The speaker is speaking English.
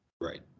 Right